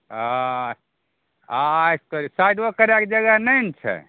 आइ तऽ साइडो करैके जगह नहि ने छै